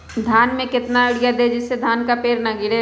धान में कितना यूरिया दे जिससे धान का पेड़ ना गिरे?